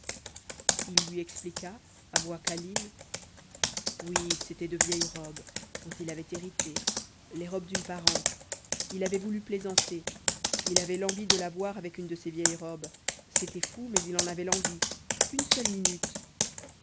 il lui expliqua à voix câline oui c'étaient de vieilles robes dont il avait hérité les robes d'une parente il avait voulu plaisanter il avait l'envie de la voir avec une de ces vieilles robes c'était fou mais il en avait l'envie une seule minute